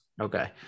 Okay